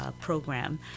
program